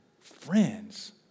friends